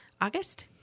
August